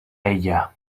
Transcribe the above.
ella